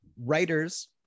Writers